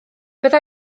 bydda